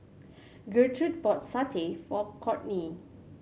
Gertrude bought satay for Courtney